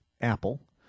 Apple